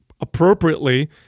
appropriately